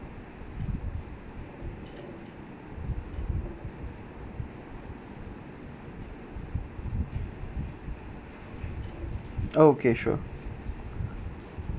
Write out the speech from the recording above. okay sure